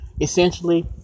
essentially